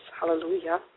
Hallelujah